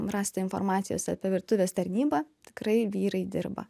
rasta informacijos apie virtuvės tarnybą tikrai vyrai dirba